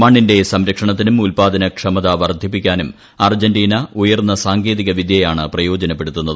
മണ്ണിന്റെ സംരക്ഷണത്തിനും ഉൽപ്പാദനക്ഷമത വർദ്ധിപ്പിക്കാനും അർജന്റീന ഉയർന്ന സാങ്കേതിക വിദ്യയാണ് പ്രയോജനപ്പെടുത്തുന്നത്